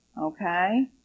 okay